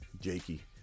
Jakey